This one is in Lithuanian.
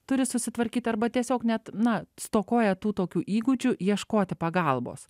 turi susitvarkyt arba tiesiog net na stokoja tų tokių įgūdžių ieškoti pagalbos